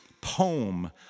poem